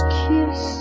kiss